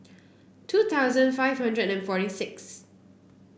two thousand five hundred and forty sixth